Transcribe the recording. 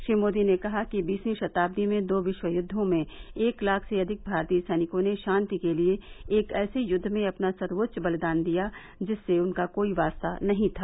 श्री मोदी ने कहा कि बीसवीं शताद्दी में दो विश्व युद्वों में एक लाख से अधिक भारतीय सैनिकों ने शांति के लिए एक ऐसे युद्व में अपना सर्वोच्च बलिदान दिया जिससे उनका कोई वास्ता नहीं था